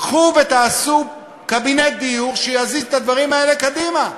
קחו ותעשו קבינט דיור שיזיז את הדברים האלה קדימה.